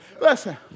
Listen